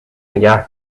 نگه